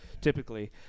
typically